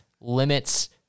limits